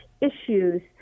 issues